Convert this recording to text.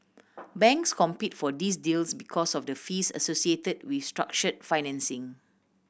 banks compete for these deals because of the fees associated with structure financing